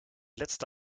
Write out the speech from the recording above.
letzte